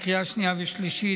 לקריאה שנייה ושלישית,